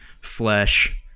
flesh